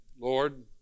Lord